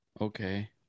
Okay